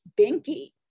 Binky